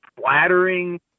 flattering